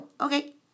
okay